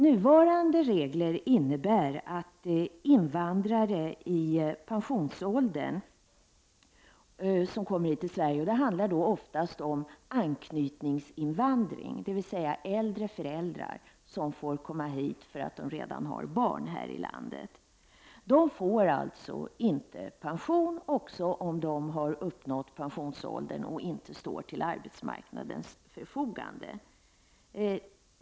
Nuvarande regler innebär att invandrare i pensionsåldern som kommer hit till Sverige — det handlar i sådana fall oftast om anknytningsinvandring, dvs. äldre föräldrar som får komma hit därför att de har barn här i landet — inte får pension även om de har uppnått pensionsåldern och inte står till arbetsmarknadens förfogande.